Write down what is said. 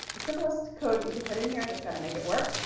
the simplest code that you can put in here that's going to make it work.